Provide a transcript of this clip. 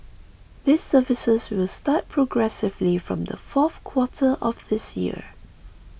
these services will start progressively from the fourth quarter of this year